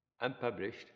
unpublished